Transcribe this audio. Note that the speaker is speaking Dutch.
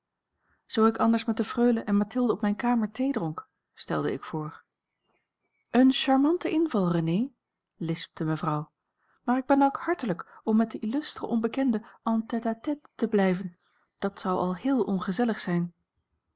zoo ik anders met de freule en mathilde op mijne kamer thee dronk stelde ik voor a l g bosboom-toussaint langs een omweg een charmante inval renée lispte mevrouw maar ik bedank hartelijk om met den illustre onbekende en tête-à-tête te blijven dat zou al heel ongezellig zijn